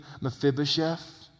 Mephibosheth